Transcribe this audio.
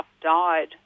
died